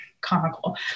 comical